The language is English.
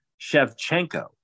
Shevchenko